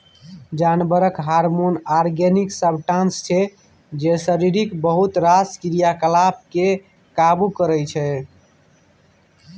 जानबरक hormone organic substance छै जे शरीरक बहुत रास क्रियाकलाप केँ काबु करय छै